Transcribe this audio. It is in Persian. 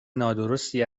نادرستی